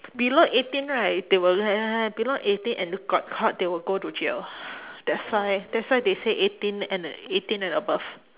below eighteen right they will let below eighteen and you got caught they will go to jail that's why that's why they say eighteen and eighteen and above